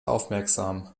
aufmerksam